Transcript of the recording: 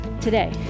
today